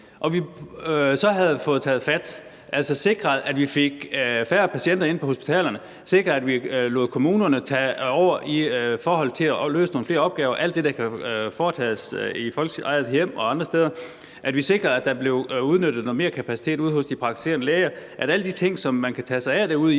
så havde fået taget fat, altså sikret, at vi fik færre patienter ind på hospitalerne, og sikret, at vi lod kommunerne tage over i forhold til at løse nogle flere opgaver i folks eget hjem og andre steder, så vi sikrede, at der er blevet udnyttet noget mere kapacitet ude hos de praktiserende læger, og at man fik alle de ting, som man kan tage sig af ude i